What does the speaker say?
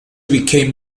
became